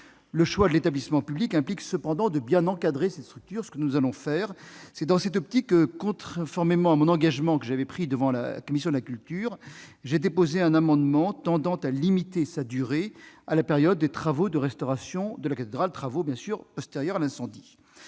Le choix de l'établissement public implique cependant de bien encadrer cette nouvelle structure, ce que nous allons faire. C'est dans cette optique que, conformément à l'engagement que j'ai pris devant la commission de la culture, j'ai déposé un amendement tendant à limiter sa durée à la période des travaux de restauration de la cathédrale postérieurs à l'incendie.